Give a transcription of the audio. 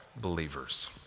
believers